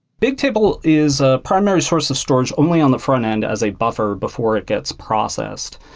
bigtable is a primary source of storage only on the frontend as a buffer before it gets processed.